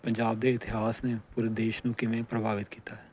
ਪੰਜਾਬ ਦੇ ਇਤਿਹਾਸ ਨੇ ਪੂਰੇ ਦੇਸ਼ ਨੂੰ ਕਿਵੇਂ ਪ੍ਰਭਾਵਿਤ ਕੀਤਾ ਹੈ